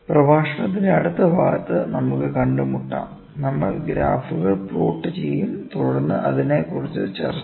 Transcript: പ്രഭാഷണത്തിന്റെ അടുത്ത ഭാഗത്ത് നമുക്ക് കണ്ടുമുട്ടാം നമ്മൾ ഗ്രാഫുകൾ പ്ലോട്ട് ചെയ്യും തുടർന്ന് അതിനെക്കുറിച്ച് ചർച്ച ചെയ്യും